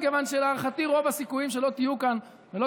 מכיוון שלהערכתי רוב הסיכויים שלא תהיו כאן ולא